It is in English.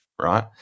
right